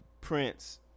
Prince